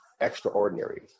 extraordinary